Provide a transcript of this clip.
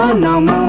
ah no